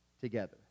together